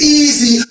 easy